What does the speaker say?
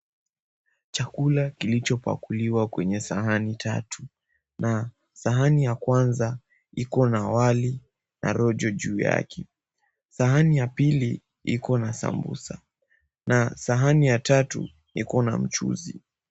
Chakula kilichopakuliwa kwenye sahani tatu na sahani ya kwanza, iko na wali na rojo juu yake. Sahani ya pili, ikona sambusa na sahani ya tatu, ikona mchuzi.